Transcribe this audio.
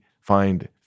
find